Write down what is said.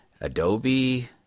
Adobe